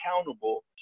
accountable